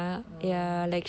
oh